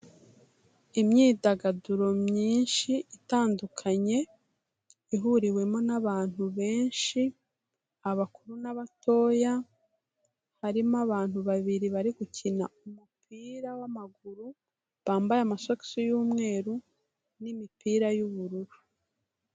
Imyidagaduro myinshi itandukanye, ihuriwemo n'abantu benshi, abakuru n'abatoya, harimo abantu babiri bari gukina umupira w'amaguru, bambaye amasokisi y'umweru n'imipira y'ubururu.